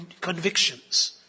convictions